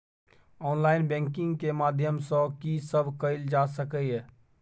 Online banking के माध्यम सं की सब कैल जा सके ये?